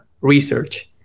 research